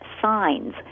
signs